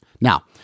Now